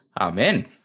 Amen